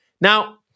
Now